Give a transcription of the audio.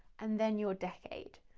and then your decade.